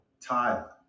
Tyler